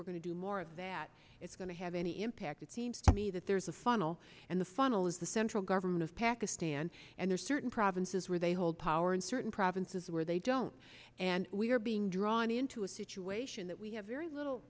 we're going to do more of that it's going to have any impact it seems to me that there's a funnel and the funnel is the central government of pakistan and there are certain provinces where they hold power in certain provinces where they don't and we are being drawn into a situation that we have very little